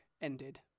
ended